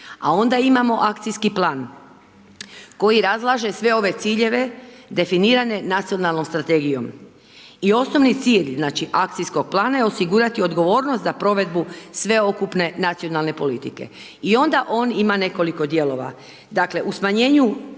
A onda imamo akcijski plan, koji razlaže sve ove ciljeve, definiranje nacionalnoj strategijom. I osnovi cilj znači akcijskog plana je osigurati odgovornost za provedbu sveukupne nacionalne politike. I onda on ima nekoliko dijelova, dakle, u smanjenju